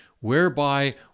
whereby